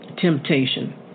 temptation